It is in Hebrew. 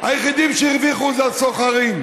היחידים שהרוויחו זה הסוחרים.